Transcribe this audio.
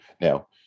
Now